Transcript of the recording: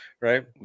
Right